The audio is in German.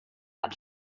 hat